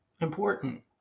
important